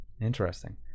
interesting